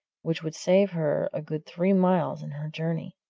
which would save her a good three miles in her journey.